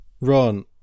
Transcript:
Ron